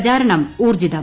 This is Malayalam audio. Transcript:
പ്രചാരണം ഉൌർജ്ജിതം